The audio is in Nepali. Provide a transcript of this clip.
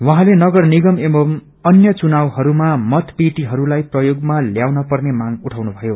उझैंले नगर निगम अनि अन्य चुनावहरूमा मतपेटीहरूलाई प्रयोगमा ल्याउन पेर्न मांग उठाउनुषयो